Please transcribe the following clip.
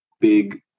big